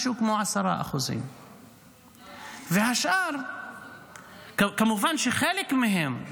משהו כמו 10%. כמובן, חלק מהם,